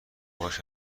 باهاش